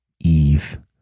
Eve